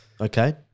Okay